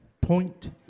point